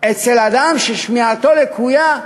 אצל אדם ששמיעתו לקויה,